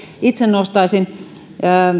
itse nostaisin